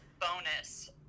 bonus